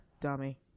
Dummy